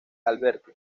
alberti